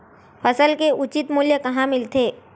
फसल के उचित मूल्य कहां मिलथे?